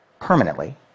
permanently